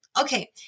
Okay